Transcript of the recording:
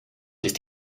ist